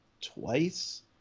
twice